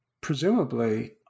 presumably